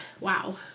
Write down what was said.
wow